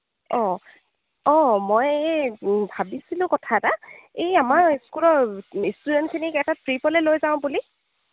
অঁ অঁ মই ভাবিছিলোঁ কথা এটা এই আমাৰ স্কুলৰ ইষ্টুডেণ্টখিনিক এটা ত্ৰিপলৈ লৈ যাওঁ বুলি